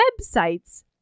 websites